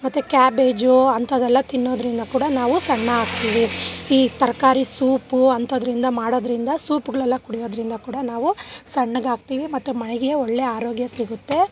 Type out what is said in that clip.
ಮತ್ತೆ ಕ್ಯಾಬೇಜು ಅಂಥದೆಲ್ಲ ತಿನ್ನೋದ್ರಿಂದ ಕೂಡ ನಾವು ಸಣ್ಣ ಆಗ್ತೀವಿ ಈ ತರಕಾರಿ ಸೂಪು ಅಂಥದ್ರಿಂದ ಮಾಡೋದ್ರಿಂದ ಸೂಪ್ಗಳೆಲ್ಲ ಕುಡಿಯೋದ್ರಿಂದ ಕೂಡ ನಾವು ಸಣ್ಣಗಾಗ್ತೀವಿ ಮತ್ತೆ ಮೈಗೆ ಒಳ್ಳೆ ಆರೋಗ್ಯ ಸಿಗುತ್ತೆ